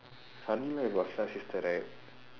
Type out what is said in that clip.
is your sister right